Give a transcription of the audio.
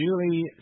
Julie